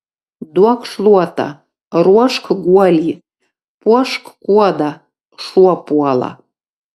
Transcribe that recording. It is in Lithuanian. duok šluotą ruošk guolį puošk kuodą šuo puola